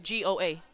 GOA